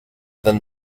than